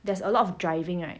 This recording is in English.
there's a lot of driving right